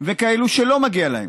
ולאלו שלא מגיע להם.